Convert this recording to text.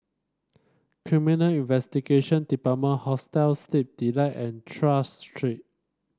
Criminal Investigation Department Hostel Sleep Delight and Tras Street